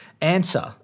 answer